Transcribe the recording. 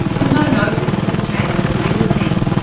with no notice to the chamberlains' legal team,